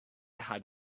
had